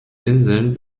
inseln